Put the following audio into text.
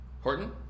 Horton